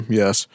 yes